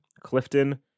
Clifton